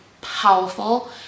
powerful